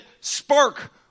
spark